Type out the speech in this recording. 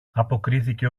αποκρίθηκε